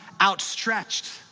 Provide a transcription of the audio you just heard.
outstretched